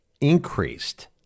increased